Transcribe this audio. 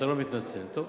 אתה לא מתנצל, טוב.